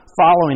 following